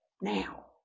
now